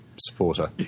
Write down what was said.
supporter